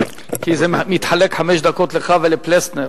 כי זה מתחלק, חמש דקות לך ולפלסנר.